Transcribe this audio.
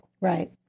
Right